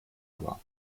aber